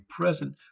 present